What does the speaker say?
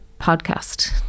podcast